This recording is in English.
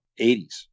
80s